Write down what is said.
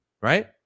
right